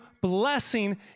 blessing